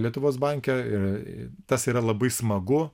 lietuvos banke ir tas yra labai smagu